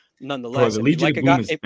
nonetheless